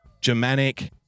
Germanic